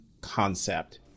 concept